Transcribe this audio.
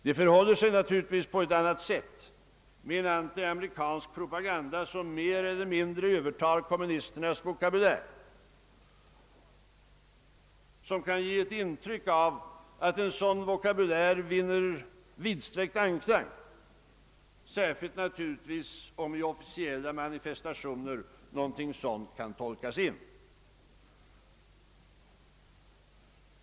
Det förhåller sig naturligtvis på ett annat sätt med en antiamerikansk propaganda som mer eller mindre övertar kommunisternas vokabulär och som kan ge ett intryck av att en sådan vokabulär vinner vidsträckt anklang, särskilt naturligtvis om något sådant kan tolkas in i officiella manifestationer.